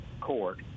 court